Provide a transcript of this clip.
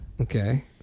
Okay